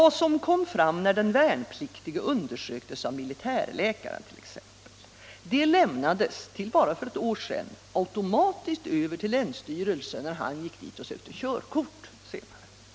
Vad som kom fram när den värnpliktige undersöktes av militärläkaren t.ex. lämnades till för bara ett år sedan automatiskt över till länsstyrelsen, när han sökte körkort där.